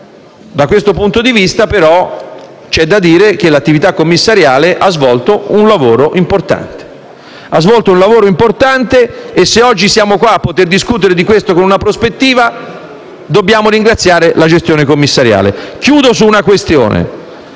Da questo punto di vista, però, c'è da dire che l'attività commissariale ha svolto un lavoro importante e che, se oggi siamo qui a discutere di questo con una prospettiva, dobbiamo ringraziare la gestione commissariale. Chiudo su una questione.